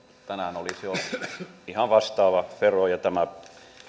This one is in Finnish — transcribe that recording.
tänään olisi ollut ihan vastaava vero tämä